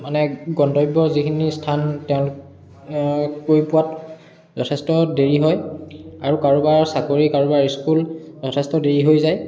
মানে গন্তব্য যিখিনি স্থান তেওঁ গৈ পোৱাত যথেষ্ট দেৰি হয় আৰু কাৰোবাৰ চাকৰি কাৰোবাৰ স্কুল যথেষ্ট দেৰি হৈ যায়